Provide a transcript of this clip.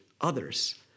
others